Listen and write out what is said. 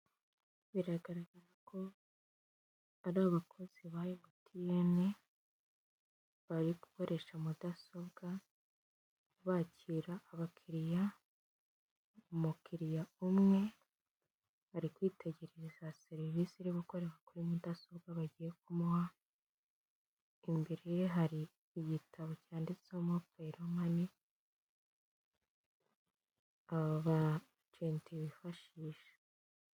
Abakozi ba sosiyete y'itumanaho ya MTN bari gukoresha mudasobwa. Imbere yabo hahagaze abafatabuguzi ba MTN baje kwaka serivisi zitandukanye zitangwa n'iyi sosiyete.